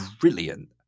brilliant